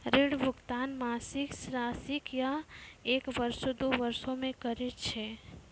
ऋण भुगतान मासिक, त्रैमासिक, या एक बरसो, दु बरसो मे करै छै